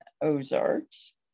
Ozarks